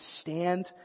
stand